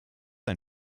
ein